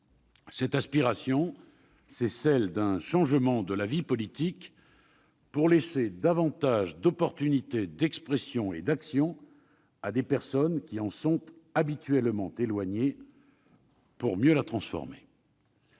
bien plus longtemps : celle d'un changement de la vie politique pour laisser davantage de possibilités d'expression et d'action à des personnes qui en sont habituellement éloignées, afin de mieux la transformer.